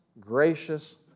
gracious